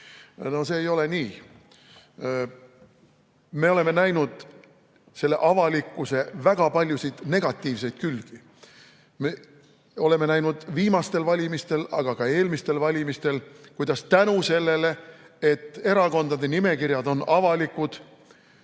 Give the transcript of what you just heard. see ei ole nii.Me oleme näinud selle avalikkuse väga paljusid negatiivseid külgi. Me oleme näinud viimastel valimistel, aga ka eelmistel valimistel, kuidas tänu sellele, et erakondade nimekirjad on avalikud,